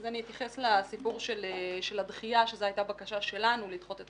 אני אתייחס לסיפור של הדחייה שזו הייתה בקשה שלנו לדחות את